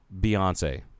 Beyonce